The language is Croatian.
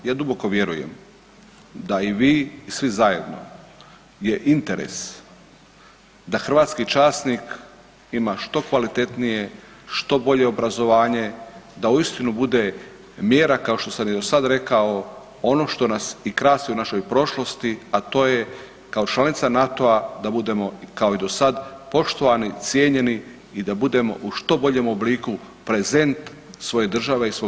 Ja duboko vjerujem da i vi i svi zajedno je interes da hrvatski časnik ima što kvalitetnije i što bolje obrazovanje, da uistinu bude mjera kao što sam i do sad rekao ono što nas i krasi u našoj prošlosti, a to je kao članica NATO-a da budemo kao i do sad poštovani, cijenjeni i da budemo u što boljem obliku prezent svoje države i svog naroda.